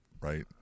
right